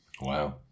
Wow